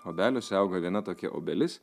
obeliuose auga viena tokia obelis